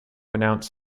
announce